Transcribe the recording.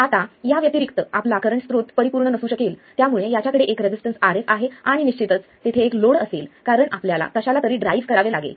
आता या व्यतिरिक्त आपला करंट स्रोत परिपूर्ण नसू शकेल त्यामुळे याच्याकडे एक रेसिस्टन्स Rs आहे आणि निश्चितच तेथे एक लोड असेल कारण आपल्याला कशाला तरी ड्राईव्ह करावे लागेल